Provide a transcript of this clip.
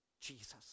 Jesus